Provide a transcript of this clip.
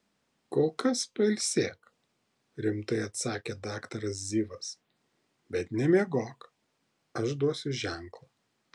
kol kas pailsėk rimtai atsakė daktaras zivas bet nemiegok aš duosiu ženklą